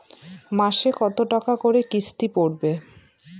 মাসে কত টাকা করে কিস্তি পড়বে?